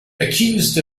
accused